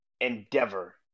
Endeavor